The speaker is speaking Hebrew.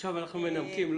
עכשיו אנחנו מנמקים.